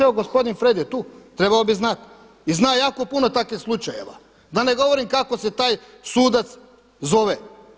Evo gospodin Fred je tu trebao bi znati i zna jako puno takvih slučajeva, da ne govorim kako se taj sudac zove.